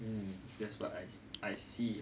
um that's what I I see